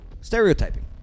stereotyping